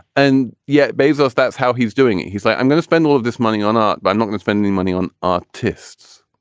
and yet baz's, that's how he's doing it. he's like, i'm going to spend all of this money on art. i'm not gonna spend any money on artists.